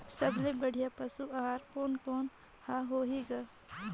सबले बढ़िया पशु आहार कोने कोने हर होही ग?